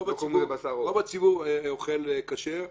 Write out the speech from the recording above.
רוב הציבור אוכל כשר,